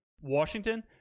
Washington